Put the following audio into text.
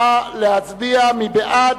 נא להצביע מי בעד?